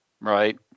Right